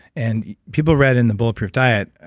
and people read in the bulletproof diet,